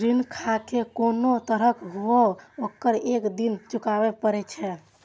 ऋण खाहे कोनो तरहक हुअय, ओकरा एक दिन चुकाबैये पड़ै छै